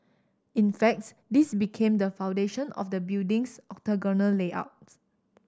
in facts this became the foundation of the building's octagonal layout